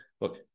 Look